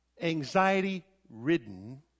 anxiety-ridden